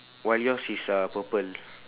while yours is uh purple